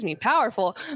powerful